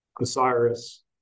Osiris